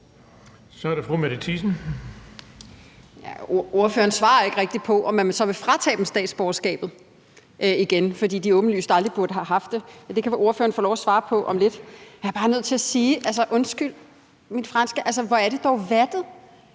Kl. 11:10 Mette Thiesen (DF): Ordføreren svarer ikke rigtig på, om man så vil fratage dem statsborgerskabet igen, fordi de åbenlyst aldrig burde have haft det. Det kan ordføreren få lov at svare på om lidt. Jeg er bare nødt til at sige, undskyld mit franske: Hvor er det dog vattet!